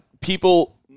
People